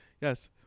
Yes